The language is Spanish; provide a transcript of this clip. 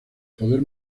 poder